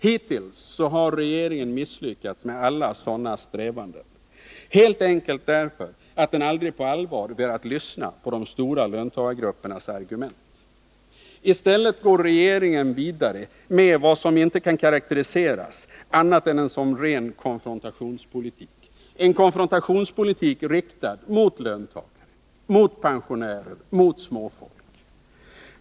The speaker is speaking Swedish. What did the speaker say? Hittills har regeringen misslyckats med alla sådana strävanden, helt enkelt därför att den aldrig på allvar velat lyssna på de stora löntagargruppernas argument. I stället går regeringen vidare med vad som inte kan karakteriseras som annat än en ren konfrontationspolitik — riktad mot löntagare, pensionärer och småfolk.